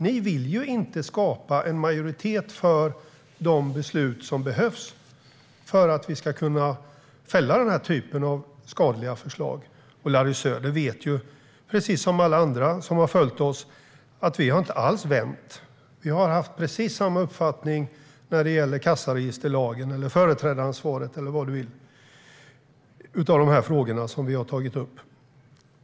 Ni vill inte skapa en majoritet för de beslut som behövs för att vi ska kunna fälla den här typen av skadliga förslag. Larry Söder vet, precis som alla andra som har följt oss, att vi inte alls har vänt. Vi har haft precis samma uppfattning när det gäller kassaregisterlagen, företrädaransvaret eller vilken fråga du vill av de frågor som vi har tagit upp.